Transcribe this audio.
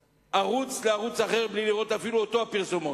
מערוץ לערוץ אחר בלי לראות אותן פרסומות.